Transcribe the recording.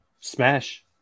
smash